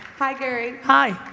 hi, gary. hi.